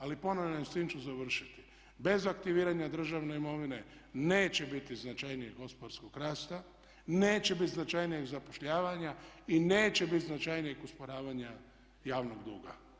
Ali ponavljam i s time ću završiti bez aktiviranja državne imovine neće biti značajnijeg gospodarskog rasta, neće biti značajnijeg zapošljavanja i neće biti značajnijeg usporavanja javnog duga.